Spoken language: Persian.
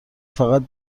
فقط